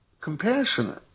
compassionate